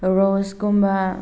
ꯔꯣꯁ ꯀꯨꯝꯕ